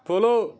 follow